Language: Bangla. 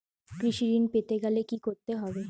কৃষি ঋণ পেতে গেলে কি করতে হবে?